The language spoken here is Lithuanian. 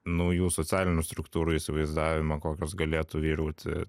naujų socialinių struktūrų įsivaizdavimą kokios galėtų vyrauti